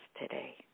today